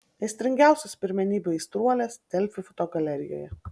aistringiausios pirmenybių aistruolės delfi fotogalerijoje